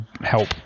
help